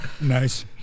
Nice